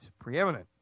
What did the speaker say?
preeminent